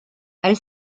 elle